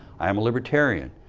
i'm a libertarian.